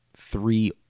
three